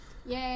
Yay